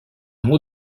mot